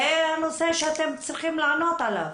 זה הנושא שאתם צריכים לענות עליו.